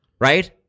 right